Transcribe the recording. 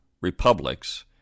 republics